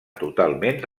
totalment